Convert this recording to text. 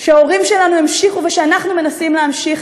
שההורים שלנו המשיכו ואנחנו מנסים להמשיך,